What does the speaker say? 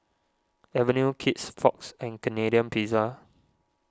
Avenue Kids Fox and Canadian Pizza